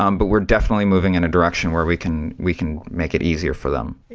um but we're definitely moving in a direction where we can we can make it easier for them.